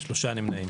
הצבעה בעד 4 נמנעים